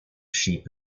sheep